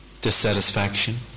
dissatisfaction